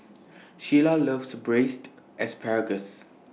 Sheyla loves Braised Asparagus